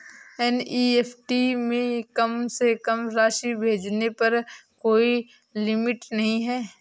NEFT में कम से कम राशि भेजने पर कोई लिमिट नहीं है